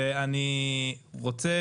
אני רוצה